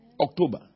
October